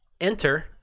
enter